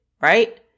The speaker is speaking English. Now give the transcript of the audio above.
right